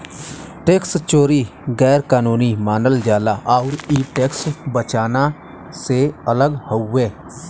tax चोरी गैर कानूनी मानल जाला आउर इ टैक्स बचाना से अलग हउवे